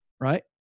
right